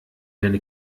deine